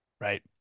right